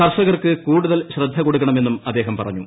കർഷകർക്ക് കൂടുതൽ ശ്രദ്ധ കൊടുക്കണമെന്നും അദ്ദേഹം പറഞ്ഞു